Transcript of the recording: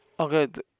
Okay